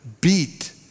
beat